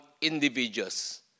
individuals